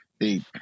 eight